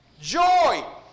Joy